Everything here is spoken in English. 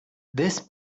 this